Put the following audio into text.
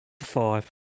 Five